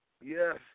Yes